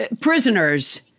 prisoners